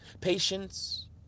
Patience